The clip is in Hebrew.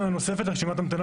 אובדני, תקודם ברשימה.